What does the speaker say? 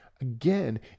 again